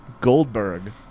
Goldberg